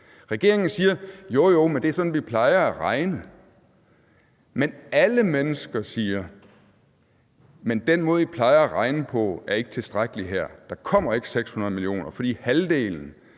Regeringen siger: Jo, jo, men det er sådan, vi plejer at regne. Men alle mennesker siger, at den måde, I plejer at regne på, ikke er tilstrækkelig her. Der kommer ikke 600 mio. kr., fordi halvdelen